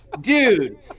dude